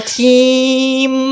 team